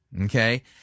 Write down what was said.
Okay